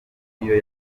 n’iyo